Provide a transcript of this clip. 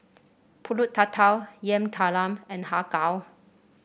pulut tatal Yam Talam and Har Kow